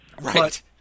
Right